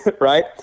right